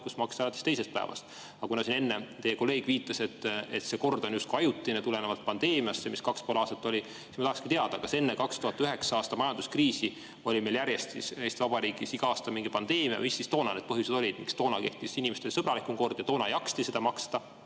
kui maksti alates teisest päevast. Aga kuna siin enne teie kolleeg viitas, et see kord on justkui ajutine, tulenevalt pandeemiast, see, mis kaks ja pool aastat oli, siis ma tahakski teada: kas enne 2009. aasta majanduskriisi oli meil siis Eesti Vabariigis iga aasta mingi pandeemia? Mis siis toona need põhjused olid, miks kehtis inimestele sõbralikum kord, toona jaksati seda